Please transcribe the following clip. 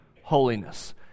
holiness